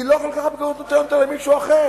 לא כל כך במהירות אני נותן אותה למישהו אחר,